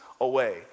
away